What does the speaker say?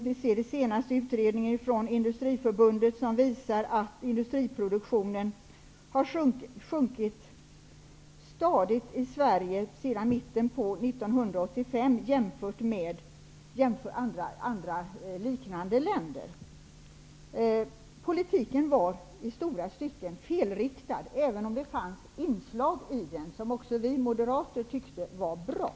Det ser vi i den senaste utredningen från Industriförbundet, vilken utvisar att industriproduktionen i Sverige sedan mitten av 1985 stadigt har sjunkit, jämfört med länder med liknande förhållanden. Politiken var i stora stycken felriktad, även om den innehöll inslag som också vi moderater tycker är bra.